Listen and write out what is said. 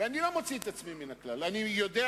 ואני קורא